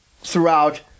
throughout